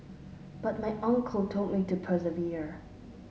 but my uncle told me to persevere